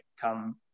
come